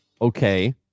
Okay